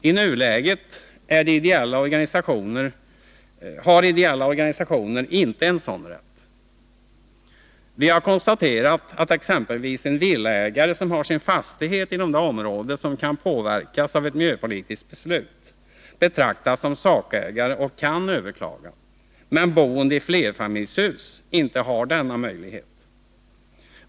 I nuläget har ideella organisationer inte en sådan rätt. Vi har konstaterat att exempelvis en villaägare som har sin fastighet inom det område som kan påverkas av ett miljöpolitiskt beslut betraktas som sakägare och kan överklaga, medan boende i flerfamiljshus inte har denna möjlighet.